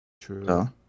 True